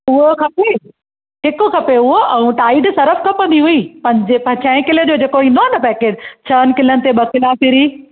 उहो खपे हिकु खपे उहो ऐं टाइड सरफु खपंदी हुई पंजे प छहे किले जो जेको ईंदो आहे न पैकेट छहनि किलनि ते ॿ किला फ्री